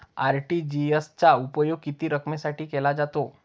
RTGS चा उपयोग किती रकमेसाठी केला जातो?